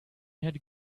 had